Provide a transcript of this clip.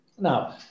Now